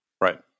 Right